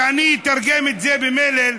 כשאני אתרגם את זה במלל,